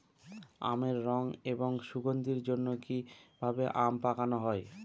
আমের রং এবং সুগন্ধির জন্য কি ভাবে আম পাকানো হয়?